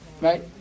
right